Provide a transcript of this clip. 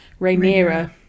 Rhaenyra